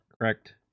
correct